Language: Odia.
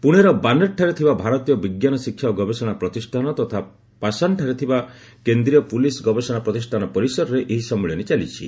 ପୁଣେର ବାନେର୍ଠାରେ ଥିବା ଭାରତୀୟ ବିଜ୍ଞାନ ଶିକ୍ଷା ଓ ଗବେଷଣା ପ୍ରତିଷ୍ଠାନ ତଥା ପାଶାନ୍ଠାରେ ଥିବା କେନ୍ଦ୍ରୀୟ ପୁଲିସ୍ ଗବେଷଣା ପ୍ରତିଷାନ ପରିସରରେ ଏହି ସମ୍ମିଳନୀ ଚାଲିଛି